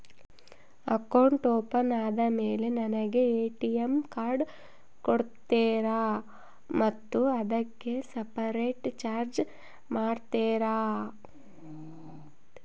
Account open ಆದಮೇಲೆ ನನಗೆ ATM card ಕೊಡ್ತೇರಾ ಮತ್ತು ಅದಕ್ಕೆ ಸಪರೇಟ್ ಚಾರ್ಜ್ ಮಾಡ್ತೇರಾ?